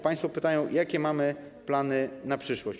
Państwo pytają, jakie mamy plany na przyszłość.